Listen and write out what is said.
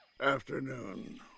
Afternoon